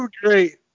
great